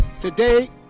Today